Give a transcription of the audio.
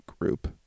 group